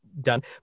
done